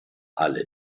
alle